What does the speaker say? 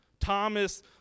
Thomas